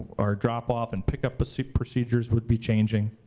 our drop off and pickup so procedures would be changing.